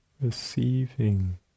receiving